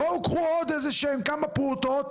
בואו קחו עוד איזה שהן כמה פרוטות,